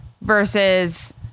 versus